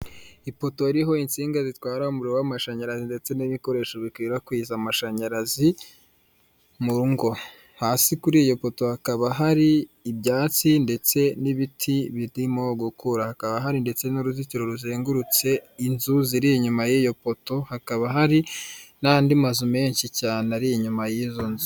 Ipoto iriho insinga zitwara umuriro w'amashanyarazi ndetse n'ibikoresho bikwirakwiza amashanyarazi mu ngo, hasi kuri iyo poto hakaba hari ibyatsi ndetse n'ibiti birimo gukura, hakaba hari ndetse n'uruzitiro ruzengurutse inzu ziri inyuma y'iyo poto, hakaba hari n'andi mazu menshi cyane ari inyuma y'izo nzu.